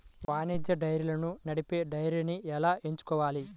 వాణిజ్య డైరీలను నడిపే డైరీని ఎలా ఎంచుకోవాలి?